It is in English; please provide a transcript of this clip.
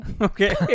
Okay